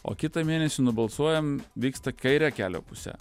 o kitą mėnesį nubalsuojam vyksta kaire kelio puse